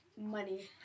money